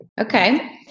Okay